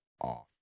off